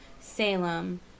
Salem